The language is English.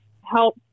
help